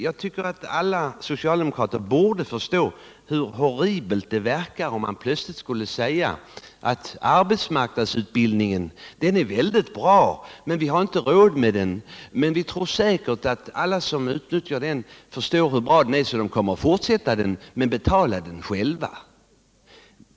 Jag tycker att alla socialdemokrater borde förstå hur horribelt det är att plötsligt säga att arbetsmarknadsutbildning är mycket bra, men vi har inte råd med den. Vi tror emellertid att alla som utnyttjar den förstår hur bra den är och därför kommer att fortsätta med utbildningen men då betalar den själva.